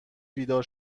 بیدار